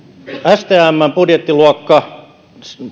stmn budjettiluokassa